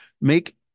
make